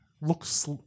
looks